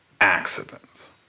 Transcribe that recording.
accidents